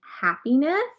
happiness